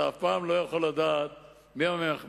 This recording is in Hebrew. אתה אף פעם לא יכול לדעת מי מהמחבלים